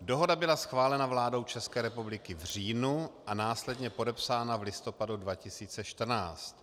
Dohoda byla schválena vládou České republiky v říjnu a následně podepsána v listopadu 2014.